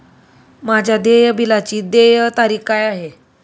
माझ्या देय बिलाची देय तारीख काय आहे?